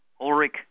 Ulrich